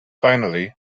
finally